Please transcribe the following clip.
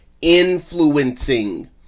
Influencing